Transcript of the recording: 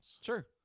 sure